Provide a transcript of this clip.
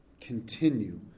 continue